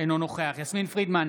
אינו נוכח יסמין פרידמן,